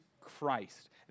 Christ